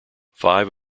five